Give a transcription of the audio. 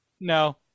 no